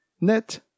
Net